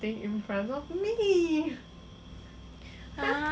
!huh! don't want lah kai zhen